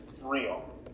real